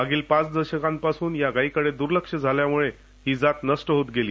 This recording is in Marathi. मागील पाच दशकांपासून या गाईकडे दुर्लक्ष झाल्यामुळे ही जात नष्ट होत गेली